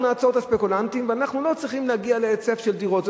נעצור את הספקולנטים ואנחנו לא צריכים להגיע להיצף של דירות,